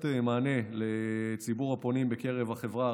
מענה לציבור הפונים בקרב החברה הערבית: